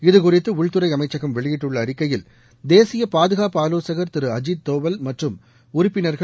இது குறித்து உள்துறை அமைச்சகம் செளியிட்டுள்ள அறிக்கையில் தேசிய பாதுகாப்பு ஆலோசகர் திரு அஜித் தோவல் மற்றும் உறுப்பினர்கள்